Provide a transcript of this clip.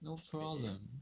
no problem